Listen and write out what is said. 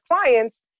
clients